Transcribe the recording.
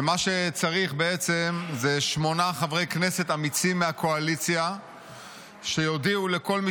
ומה שצריך זה שמונה חברי כנסת אמיצים מהקואליציה שיודיעו לכל מי